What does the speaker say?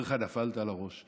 אומר לו: נפלת על הראש.